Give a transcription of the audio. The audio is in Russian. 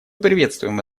приветствуем